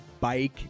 bike